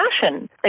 fashion